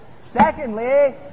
secondly